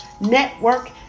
network